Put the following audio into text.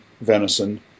venison